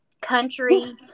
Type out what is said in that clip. country